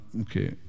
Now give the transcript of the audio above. Okay